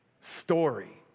story